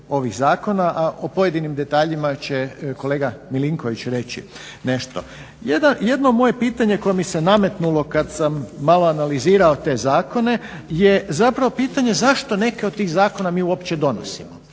o pojedinim detaljima će kolega Milinković reći nešto. Jedno moje pitanje kada mi se nametnulo kada sam malo analizirao te zakone je zapravo pitanje zašto neke od tih zakona mi uopće donosimo?